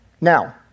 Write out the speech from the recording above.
Now